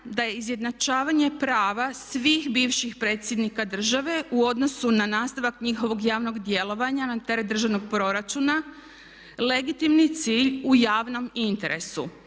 da je izjednačavanje prava svih bivših predsjednika države u odnosu na nastavak njihovog javnog djelovanja na teret državnog proračuna legitimni cilj u javnom interesu